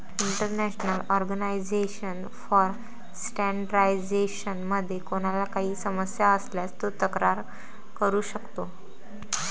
international organisation for standardisation मध्ये कोणाला काही समस्या असल्यास तो तक्रार करू शकतो